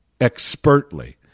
expertly